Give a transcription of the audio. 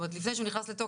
לפני שהוא נכנס לתוקף.